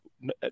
no